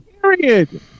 Period